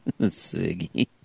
Ziggy